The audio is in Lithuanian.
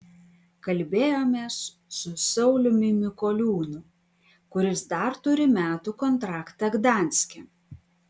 kalbėjomės su sauliumi mikoliūnu kuris dar turi metų kontraktą gdanske